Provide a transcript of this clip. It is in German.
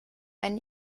ein